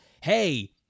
hey—